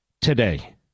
today